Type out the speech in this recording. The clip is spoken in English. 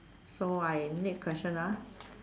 so I next question ah